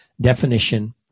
definition